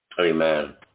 Amen